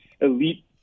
elite